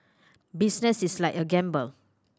business is like a gamble